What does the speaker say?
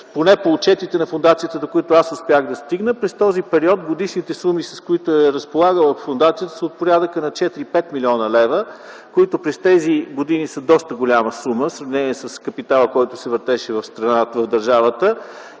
поне по отчетите на фондацията, до които аз успях да стигна, през този период годишните суми, с които е разполагала фондацията, са от порядъка на 4-5 млн. лв., които за тези години са доста голяма сума в сравнение с капитала, който се въртеше в страната, в държавата.